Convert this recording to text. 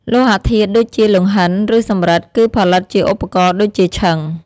លោហៈធាតុដូចជា លង្ហិន ឬសំរឹទ្ធគឺផលិតជាឧបករណ៍ដូចជា ឈិង។